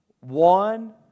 One